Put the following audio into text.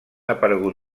aparegut